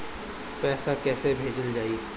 पैसा कैसे भेजल जाइ?